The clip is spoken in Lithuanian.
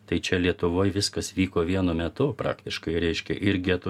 tai čia lietuvoj viskas vyko vienu metu praktiškai reiškia ir getų